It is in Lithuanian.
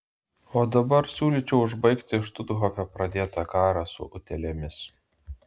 o dabar siūlyčiau užbaigti štuthofe pradėtą karą su utėlėmis